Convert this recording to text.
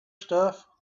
stuff